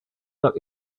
that